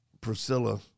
Priscilla